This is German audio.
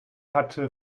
hatte